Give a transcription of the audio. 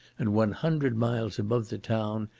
and one hundred miles above the town,